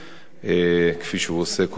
כפי שהוא עושה כל השנים,